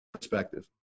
perspective